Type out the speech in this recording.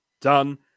done